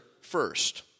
first